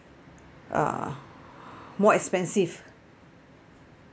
uh more expensive